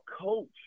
coach